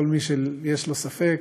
לכל מי שיש לו ספק,